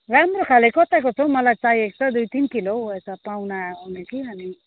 राम्रो खाले कताको छ हौ मलाई चाहिएको छ दुई तिन किलो हौ यता पाहुना आउने कि अनि